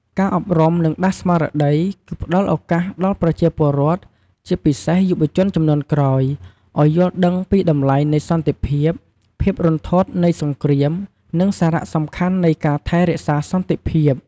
ការអប់រំ និងដាស់ស្មារតី គឺផ្ដល់ឱកាសដល់ប្រជាពលរដ្ឋ ជាពិសេសយុវជនជំនាន់ក្រោយ ឱ្យយល់ដឹងពីតម្លៃនៃសន្តិភាព ភាពរន្ធត់នៃសង្គ្រាម និងសារៈសំខាន់នៃការថែរក្សាសន្តិភាព។